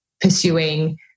pursuing